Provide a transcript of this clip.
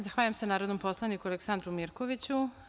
Zahvaljujem se narodnom poslaniku Aleksandru Mirkoviću.